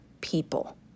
people